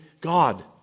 God